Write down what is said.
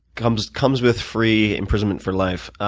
comes comes with free imprisonment for life.